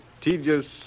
tedious